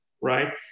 right